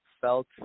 felt